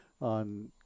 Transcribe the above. on